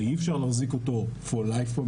ואי-אפשר להחזיק אותו במחלקה,